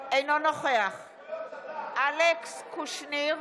שכולנו יודעים שאם לא יקבלו את הטיפול הנפשי הזמין,